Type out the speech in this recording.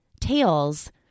TAILS